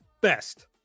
best